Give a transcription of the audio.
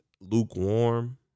lukewarm